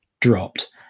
dropped